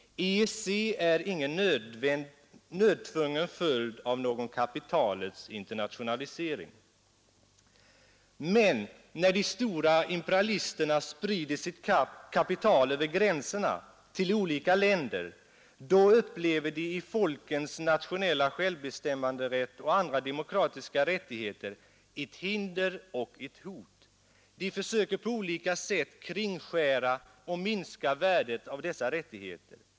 EEC är ingen nödtvungen följd av någon kapitalets internationalisering. Men när de stora imperialisterna sprider sitt kapital över gränserna, till olika länder, då upplever de i folkens nationella självbestämmanderätt och andra demokratiska rättigheter ett hinder och ett hot. De försöker på olika sätt kringskära och minska värdet av dessa rättigheter.